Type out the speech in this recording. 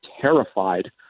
terrified